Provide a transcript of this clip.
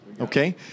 okay